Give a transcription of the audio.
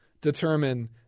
determine